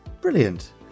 Brilliant